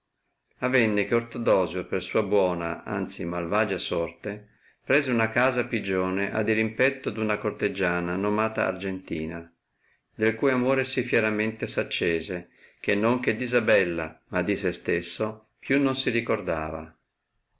avenne che ortodosio per sua buona anzi malvagia sorte prese una casa a pigione a dirimpetto d una corteggiana nomata argentina del cui amore sì fieramente s accese che non che d isabella ma di se stesso più non si ricordava